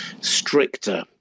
stricter